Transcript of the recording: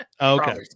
okay